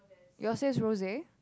yours says rose